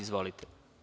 Izvolite.